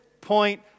point